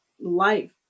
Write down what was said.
life